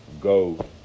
go